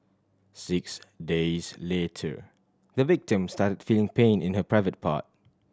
six days later the victim started feeling pain in her private part